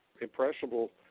impressionable